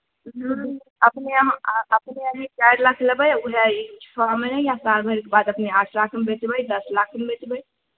हूॅं अपने यहाॅं अपने अभी चारि लाख लेबै आ उहै ई छओ महिना या साल भरिके बाद अपने आठ लाखमे बेचबै दस लाखमे बेचबै